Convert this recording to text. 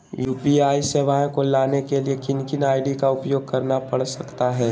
UPI सेवाएं को लाने के लिए किन किन आई.डी का उपयोग करना पड़ सकता है?